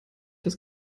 das